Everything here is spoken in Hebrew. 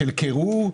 על קירור.